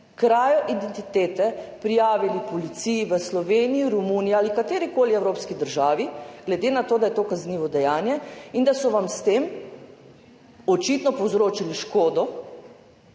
krajo identitete prijavili policiji v Sloveniji, Romuniji ali katerikoli evropski državi, glede na to, da je to kaznivo dejanje in da so vam s tem očitno povzročili škodo?